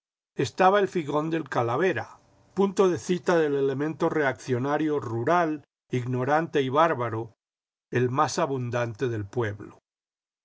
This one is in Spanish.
estaba ei figón del calavera punto de cita del elemento reaccionario rural ignorante y bárbaro el más abundante del pueblo